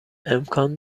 امکان